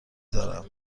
دارم